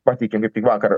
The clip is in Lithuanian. pateikėm ir tik vakar